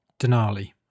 Denali